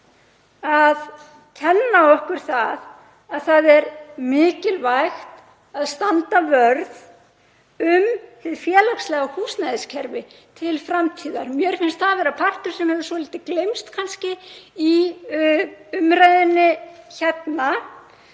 að kenna okkur að það er mikilvægt að standa vörð um hið félagslega húsnæðiskerfi til framtíðar. Mér finnst það vera partur sem hefur svolítið gleymst kannski í umræðunni hérna